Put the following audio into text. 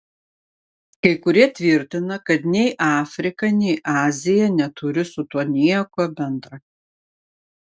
kai kurie tvirtina kad nei afrika nei azija neturi su tuo nieko bendra